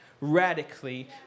radically